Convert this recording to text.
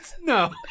No